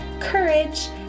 courage